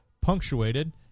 Punctuated